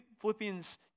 Philippians